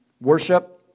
worship